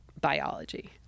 biology